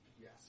yes